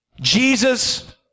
jesus